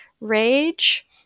rage